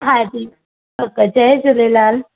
हा जी ओके जय झूलेलाल